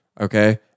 okay